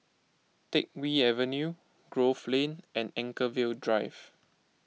Teck Whye Avenue Grove Lane and Anchorvale Drive